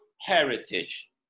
heritage